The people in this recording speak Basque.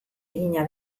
egina